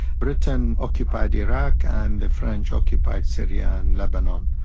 britain occupied iraq and the french occupied syria and lebanon.